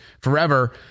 forever